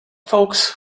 folks